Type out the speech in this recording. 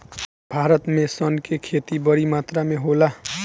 भारत में सन के खेती बड़ी मात्रा में होला